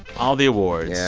all the awards.